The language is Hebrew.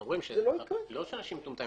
לא שאנשים מטומטמים,